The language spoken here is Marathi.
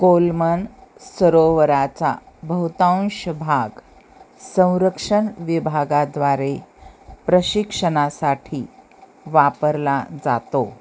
कोलमन सरोवराचा बहुतांश भाग संरक्षण विभागाद्वारे प्रशिक्षणासाठी वापरला जातो